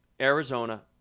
Arizona